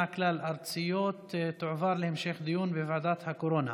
כלל-ארציות תועבר להמשך דיון בוועדת הקורונה.